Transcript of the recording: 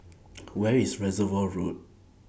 Where IS Reservoir Road